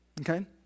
okay